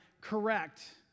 correct